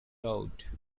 note